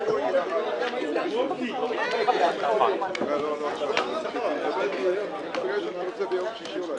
11:00.